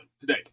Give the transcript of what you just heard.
today